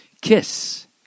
Kiss